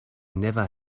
never